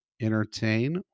entertain